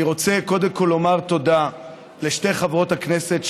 אני קודם כול רוצה לומר תודה לשתי חברות הכנסות,